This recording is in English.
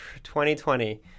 2020